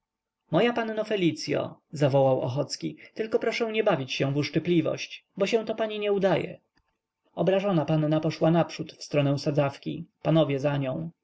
moja panno felicyo zawołał ochocki tylko proszę nie bawić się w uszczypliwość bo się to pani nie udaje obrażona panna poszła naprzód w stronę sadzawki panowie za nią